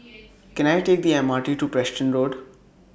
Can I Take The M R T to Preston Road